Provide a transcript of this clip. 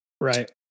Right